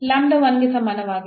Lambda 1 ಗೆ ಸಮಾನವಾಗಿದೆ